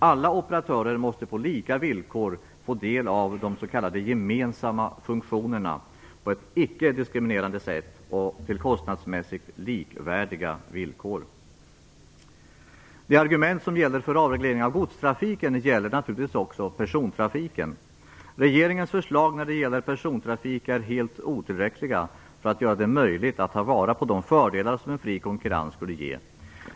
Alla operatörer måste på lika villkor få del av de s.k. gemensamma funktionerna på ett icke-diskriminerande sätt och till kostnadsmässigt likvärdiga villkor. De argument som gäller för en avreglering av godstrafiken gäller naturligtvis också för persontrafiken. Regeringens förslag när det gäller persontrafiken är helt otillräckliga för att göra det möjligt att ta vara på de fördelar som en fri konkurrens skulle ge.